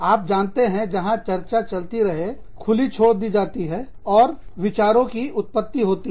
आप जानते हैं जहां चर्चा चलती रहे खुली छोड़ दी जाती हैं और विचारों की उत्पत्ति होती है